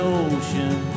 ocean